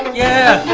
yeah!